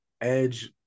Edge